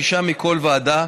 שישה מכל ועדה,